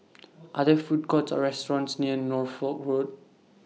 Are There Food Courts Or restaurants near Norfolk Road